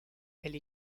elle